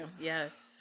Yes